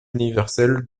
universel